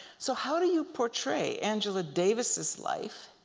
so how do you portray angela davis's life